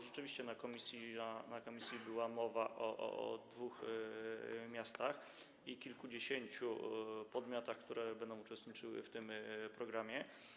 Rzeczywiście na posiedzeniu komisji była mowa o dwóch miastach i kilkudziesięciu podmiotach, które będą uczestniczyły w tym programie.